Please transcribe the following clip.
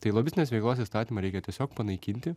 tai lobistinės veiklos įstatymą reikia tiesiog panaikinti